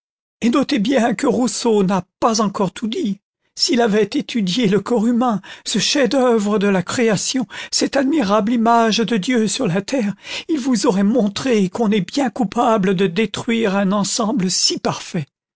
et notez bien que rousseau n'a pas encore tout dit s'il avait étudié le corps humain ce chef-d'œuvre de la création cette admirable image de dieu sur la terre il vous aurait montré qu'on est bien coupable de détruire un ensemble si parfait